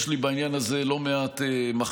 בעניין הזה יש לי לא מעט מחשבות,